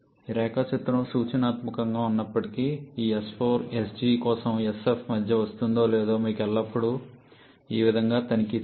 రేఖాచిత్రం సూచనాత్మకంగా ఉన్నప్పటికీ ఈ s4 sg కోసం sf మధ్య వస్తుందో లేదో మీకు ఎల్లప్పుడూ ఈ విధంగా తనిఖీ చేయాలి